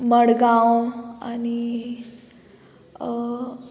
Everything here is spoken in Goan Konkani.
मडगांव आनी